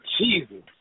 Jesus